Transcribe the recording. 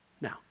Now